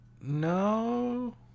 No